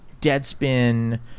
Deadspin